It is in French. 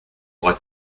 aura